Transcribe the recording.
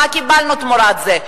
מה קיבלנו תמורת זה?